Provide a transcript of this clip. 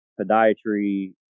podiatry